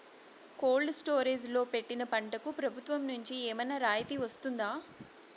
Cold storage లో పెట్టిన పంటకు ప్రభుత్వం నుంచి ఏమన్నా రాయితీ వస్తుందా?